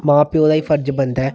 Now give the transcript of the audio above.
मां प्योऽ दा एह् फर्ज बनदा ऐ